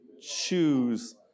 choose